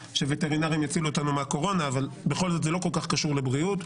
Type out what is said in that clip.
שווטרינרים יצילו אותנו מהקורונה אבל זה לא כל כך קשור לבריאות,